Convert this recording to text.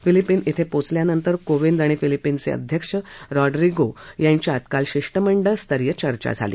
Philippines इथं पोचल्यानंतर कोविंद आणि फिलिपीन्सचे अध्यक्ष रॉंड्रिगो ड्युतार्त यांच्यात काल शिष्टमंडळ स्तरीय चर्चा झाली